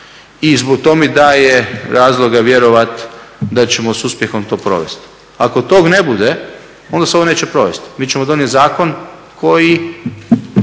i to mi daje razloga vjerovati da ćemo s uspjehom to provesti. Ako tog ne bude onda se ovo neće provesti. Mi ćemo donijeti zakon koji,